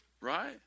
Right